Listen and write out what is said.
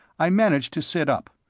i managed to sit up.